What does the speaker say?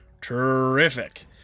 Terrific